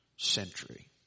Century